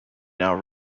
now